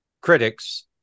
critics